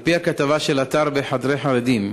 על-פי כתבה באתר "בחדרי חרדים",